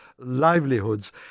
livelihoods